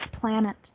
planet